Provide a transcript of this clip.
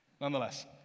Nonetheless